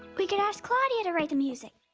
we could ask claudia to write the music.